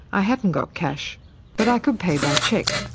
i hadn't got cash but i could pay by cheque.